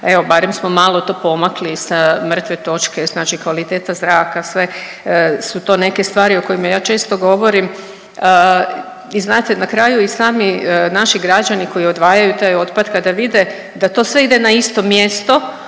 Evo barem smo malo to pomakli sa mrtve točke. Znači kvaliteta zraka, sve su to neke stvari o kojima ja često govorim. I znate na kraju i sami naši građani koji odvajaju taj otpad, kada vide da to sve ide na isto mjesto